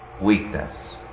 weakness